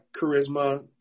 charisma